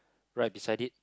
right beside it